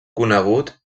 conegut